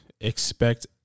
expect